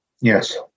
yes